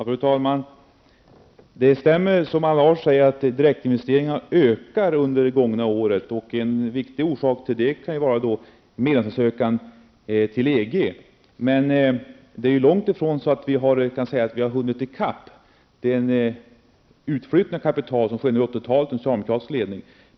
Fru talman! Det stämmer som Allan Larsson säger att direktinvesteringarna har ökat under det gångna året. En grundläggande orsak till detta kan ju vara ansökan om medlemskap i EG. Vi är dock långt ifrån att ha så att säga hunnit i kapp den kapitalutflyttning som skedde under 80-talet, då det var socialdemokratisk ledning.